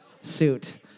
suit